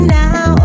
now